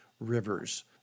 rivers